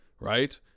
right